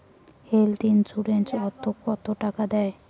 Health insurance ওত কত টাকা দেয়?